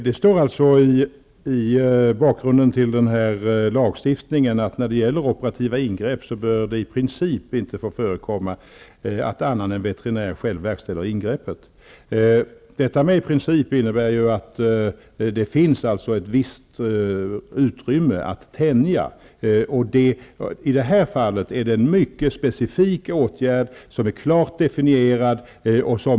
Fru talman! Det står i bakgrunden till lagstiftningen att det när det gäller operativa ingrepp i princip inte bör få förekomma att annan än veterinär själv verkställer ingreppet. Orden ''i princip'' innebär att det finns ett visst utrymme att tänja. I det här fallet gäller det en mycket specifik åtgärd, som är klart definierad.